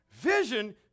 Vision